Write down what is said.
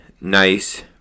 nice